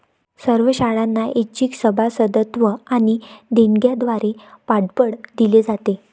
सर्व शाळांना ऐच्छिक सभासदत्व आणि देणग्यांद्वारे पाठबळ दिले जाते